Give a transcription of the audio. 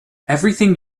everything